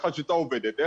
איך השיטה עובדת,